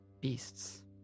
beasts